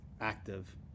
active